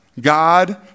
God